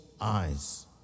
eyes